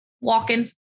walking